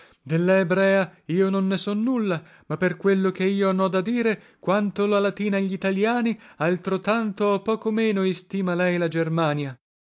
della ebrea io non ne so nulla ma per quello che io noda dire quanto la latina glitaliani altrotanto o poco meno istima lei la germania